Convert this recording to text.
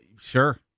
Sure